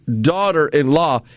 daughter-in-law